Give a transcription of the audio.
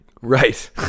Right